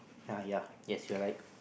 !huh! ya yes you are right